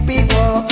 People